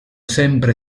sempre